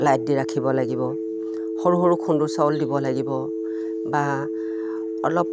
light দি ৰাখিব লাগিব সৰু সৰু খুন্দু চাউল দিব লাগিব বা অলপ